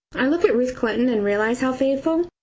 i look at ruth clinton and realise how faithful,